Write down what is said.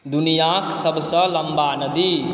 दुनिआँक सभसँ लम्बा नदी